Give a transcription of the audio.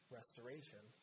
restoration